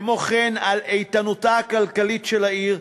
וכמו כן על איתנותה הכלכלית של העיר,